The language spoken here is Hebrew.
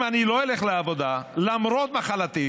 אם אני לא אלך לעבודה, למרות מחלתי,